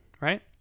right